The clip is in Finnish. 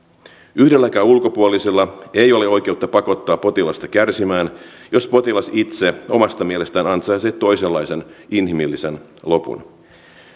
yhdelläkään ulkopuolisella ei ole oikeutta pakottaa potilasta kärsimään jos potilas itse omasta mielestään ansaitsee toisenlaisen inhimillisen lopun